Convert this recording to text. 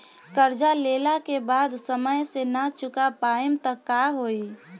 कर्जा लेला के बाद समय से ना चुका पाएम त का होई?